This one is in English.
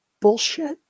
bullshit